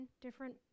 different